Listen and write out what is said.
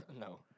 No